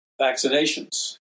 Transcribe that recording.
vaccinations